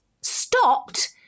stopped